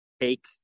take